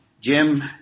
Jim